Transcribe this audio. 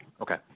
Okay